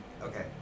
Okay